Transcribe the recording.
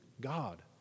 God